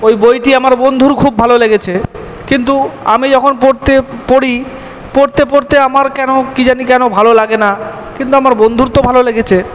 ওই বইটি আমার বন্ধুর খুব ভালো লেগেছে কিন্তু আমি যখন পড়তে পড়ি পড়তে পড়তে আমার কেন কি জানি কেন ভালো লাগে না কিন্তু আমার বন্ধুর তো ভালো লেগেছে